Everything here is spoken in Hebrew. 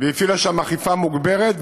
והפעילה שם אכיפה מוגברת,